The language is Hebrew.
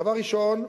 דבר ראשון,